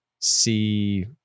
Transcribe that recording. see